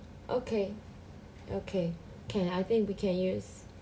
okay okay can I think we can use